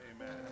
Amen